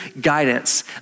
guidance